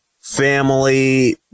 Family